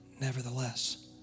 nevertheless